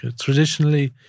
Traditionally